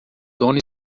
dono